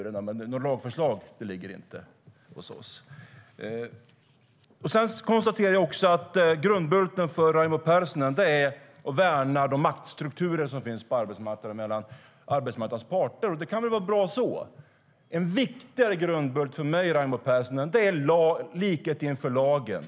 Men vi har inte lagt fram något lagförslag. Sedan konstaterar jag att grundbulten för Raimo Pärssinen är att värna de maktstrukturer som finns på arbetsmarknaden mellan arbetsmarknadens parter. En viktigare grundbult för mig, Raimo Pärssinen, är likhet inför lagen.